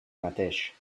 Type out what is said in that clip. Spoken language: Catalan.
mateix